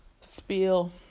spiel